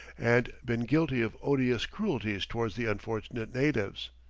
and been guilty of odious cruelties towards the unfortunate natives.